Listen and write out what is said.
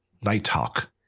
Nighthawk